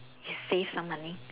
you save some money